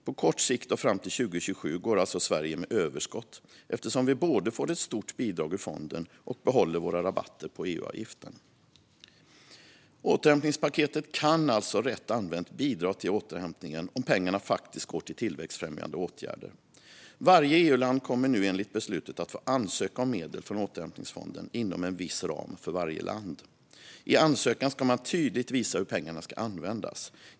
På kort sikt och fram till 2027 går alltså Sverige med överskott eftersom vi både får ett stort bidrag ur fonden och behåller våra rabatter på EU-avgiften. Återhämtningspaketet kan alltså rätt använt bidra till återhämtningen om pengarna faktiskt går till tillväxtfrämjande åtgärder. Varje EU-land kommer nu enligt beslutet att få ansöka om medel från återhämtningsfonden inom en viss ram för varje land. I ansökan ska man tydligt visa hur pengarna ska användas.